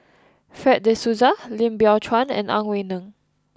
Fred de Souza Lim Biow Chuan and Ang Wei Neng